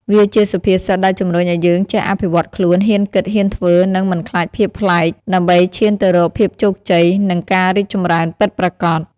វាជាសុភាសិតដែលជំរុញឱ្យយើងចេះអភិវឌ្ឍខ្លួន ហ៊ានគិត ហ៊ានធ្វើ និងមិនខ្លាចភាពប្លែក ដើម្បីឈានទៅរកភាពជោគជ័យ និងការរីកចម្រើនពិតប្រាកដ។